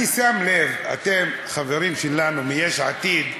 אני שם לב שאתם, חברים שלנו מיש עתיד,